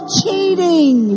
cheating